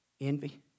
Envy